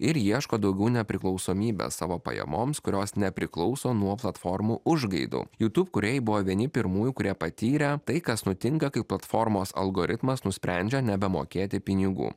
ir ieško daugiau nepriklausomybės savo pajamoms kurios nepriklauso nuo platformų užgaidų jutūb kūrėjai buvo vieni pirmųjų kurie patyrė tai kas nutinka kai platformos algoritmas nusprendžia nebemokėti pinigų